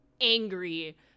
angry